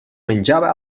menjava